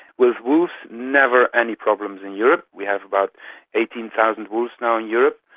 with wolves, never any problems in europe. we have about eighteen thousand wolves now in europe.